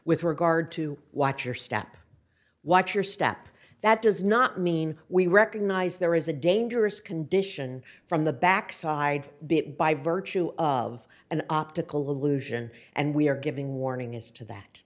with regard to watch your step watch your step that does not mean we recognize there is a dangerous condition from the backside bit by virtue of an optical illusion and we are giving warning as to that